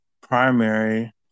primary